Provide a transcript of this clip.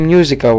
Music